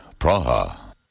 Praha